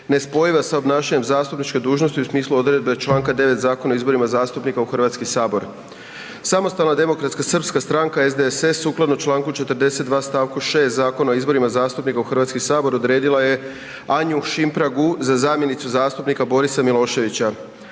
nespojiva sa obnašanjem zastupničke dužnosti u smislu odredbe čl. 9. Zakona o izborima zastupnika u Hrvatski sabor. SDSS sukladno čl. 42. st. 6. Zakona o izborima zastupnika u Hrvatski sabor odredila je Anju Šimpragu za zamjenicu zastupnika Borisa Miloševića.